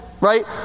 Right